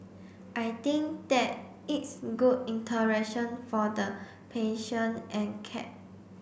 I think that it's good interaction for the patient and cat